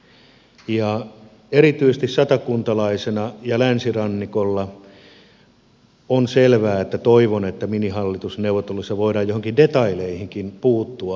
on selvää että erityisesti satakuntalaisena ja länsirannikolta tulevana toivon että minihallitusneuvotteluissa voidaan joihinkin detaljeihinkin puuttua